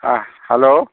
ꯑꯥ hello